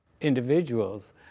individuals